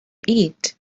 eat